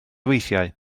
weithiau